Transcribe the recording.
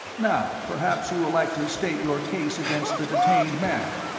now perhaps you would like to state your case against the detained man?